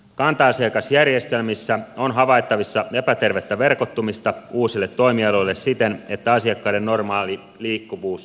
kanta asiakasjärjestelmissä on havaittavissa epätervettä verkottumista uusille toimialoille siten että asiakkaiden normaali liikkuvuus vähenee